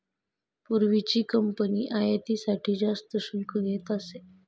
पूर्वीची कंपनी आयातीसाठी जास्त शुल्क घेत असे